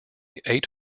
eight